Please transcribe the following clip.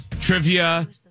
trivia